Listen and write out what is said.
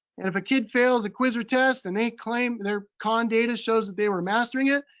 and if a kid fails a quiz or test and they claim they're khan data shows that they were mastering it,